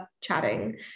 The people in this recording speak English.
chatting